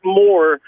more